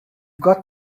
got